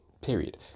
Period